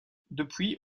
depuis